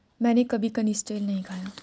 मैंने कभी कनिस्टेल नहीं खाया है